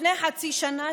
לפני חצי שנה,